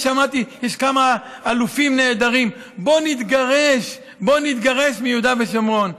שמעתי שיש כמה אלופים נהדרים: בואו נתגרש מיהודה ושומרון.